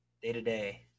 Day-to-day